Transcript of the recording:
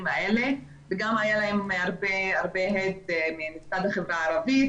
האלה וגם היה להם הרבה הד מצד החברה הערבית.